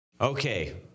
Okay